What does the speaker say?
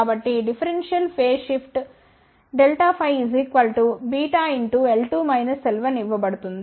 కాబట్టి differential phase shift ∆ϕ βl2 l1 ఇవ్వబడుతుంది